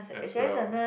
as well